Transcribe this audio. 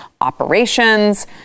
operations